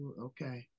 Okay